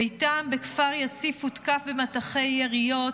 ביתם בכפר יאסיף הותקף במטחי יריות.